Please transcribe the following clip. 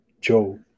Joe